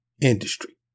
industry